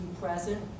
present